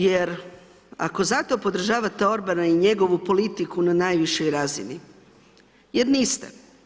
Jer ako zato podržavate Orbana i njegovu politiku na najvišoj razini, jer niste.